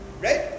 right